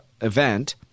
event